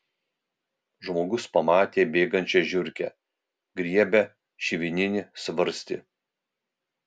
žmogus pamatė bėgančią žiurkę griebia švininį svarstį